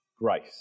grace